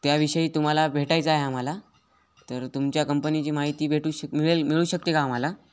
त्याविषयी तुम्हाला भेटायचं आहे आम्हाला तर तुमच्या कंपनीची माहिती भेटू शक मिळेल मिळू शकते का आम्हाला